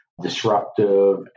Disruptive